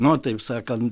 no taip sakant